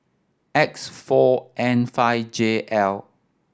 X four N five J L